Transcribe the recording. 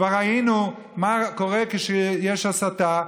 כבר ראינו מה קורה כשיש הסתה,